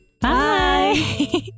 Bye